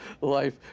life